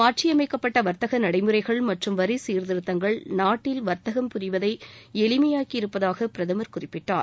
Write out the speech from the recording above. மாற்றியமைக்கப்பட்ட வாத்தக நடைமுறைகள் மற்றும் வரிசீர்திருத்தங்கள் நாட்டில் வாத்தகம் புரிவதை எளிமையாக்கி இருப்பதாக பிரதமர் குறிப்பிட்டார்